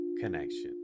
connection